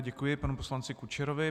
Děkuji panu poslanci Kučerovi.